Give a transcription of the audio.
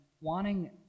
wanting